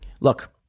Look